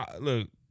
look